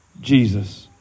Jesus